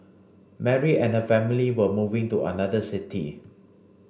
Mary and her family were moving to another city